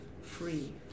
free